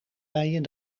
leien